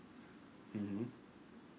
mmhmm